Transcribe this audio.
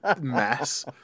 mess